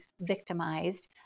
victimized